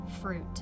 fruit